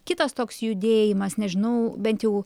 kitas toks judėjimas nežinau bent jau